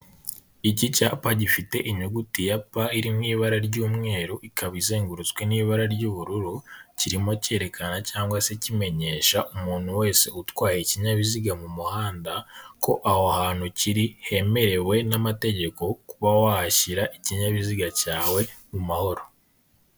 Iki cyapa gifite inyuguti ya P iri mu ibara ry'umweru ikaba izengurutswe n'ibara ry'ubururu, kirimo cyerekana cyangwa se kimenyesha umuntu wese utwaye ikinyabiziga mu muhanda, ko aho hantu kiri hemerewe n'amategeko kuba wahashyira ikinyabiziga cyawe mu mahoro.